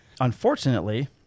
Unfortunately